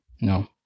No